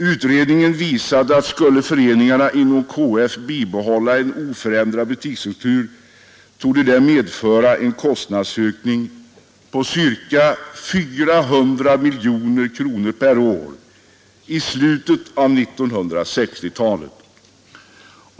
Utredningen visade att skulle föreningarna inom KF bibehålla en oförändrad butiksstruktur torde det medföra en kostnadsökning på ca 400 miljoner kronor per år i slutet av 1960-talet.